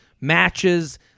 matches